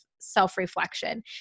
self-reflection